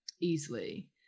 easily